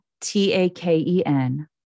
T-A-K-E-N